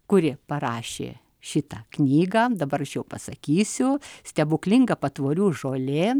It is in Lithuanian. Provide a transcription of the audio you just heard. kuri parašė šitą knygą dabar aš jau pasakysiu stebuklinga patvorių žolė